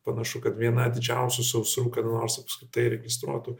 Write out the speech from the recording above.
panašu kad viena didžiausių sausrų kada nors apskritai registruotų